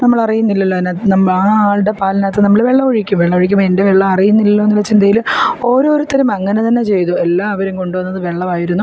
നമ്മളറിയുന്നില്ലല്ലോ അതിനാ നമ്മൾ ആ ആളുടെ പാലിനകത്ത് നമ്മൾ വെള്ളമൊഴിക്കും വെള്ളമൊഴിക്കുമ്പം എന്റെ വെള്ളമറിയുന്നില്ലല്ലോ എന്ന ചിന്തയിൽ ഓരോരുത്തരും അങ്ങനെ തന്നെ ചെയ്തു എല്ലാവരും കൊണ്ടുവന്നത് വെള്ളമായിരുന്നു